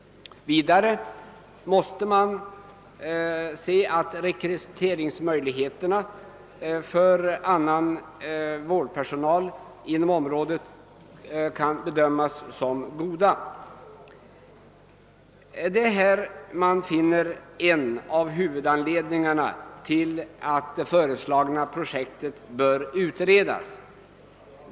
Vidare måste man bedöma rekryteringsmöjligheterna för annan vårdpersonal inom området som goda. Det är här man finner en av anledningarna till att det föreslagna projektet bör utredas.